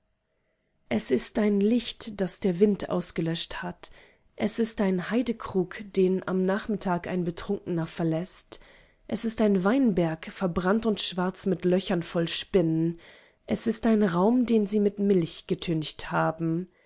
es ist ein licht das der wind ausgelöscht hat es ist ein heidekrug den am nachmittag ein betrunkener verläßt es ist ein weinberg verbrannt und schwarz mit löchern voll spinnen es ist ein raum den sie mit milch getüncht haben